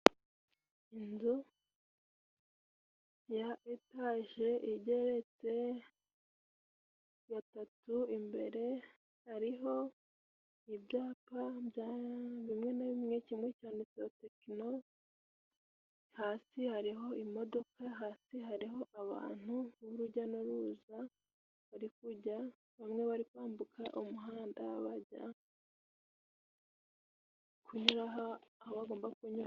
Inzu ya etaje igeretse gatatu, imbere hariho ibyapa bimwe na bimwe kimwe cyanditseho tekino, hasi hariho imodoka, hasi hariho abantu b'urujya n'uruza, barikujya bamwe bari kwambuka umuhanda bajya kunyura aho bagomba kunyura.